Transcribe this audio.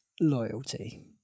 Loyalty